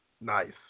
Nice